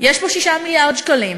יש פה 6 מיליארד שקלים,